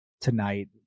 tonight